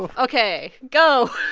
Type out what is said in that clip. ok. go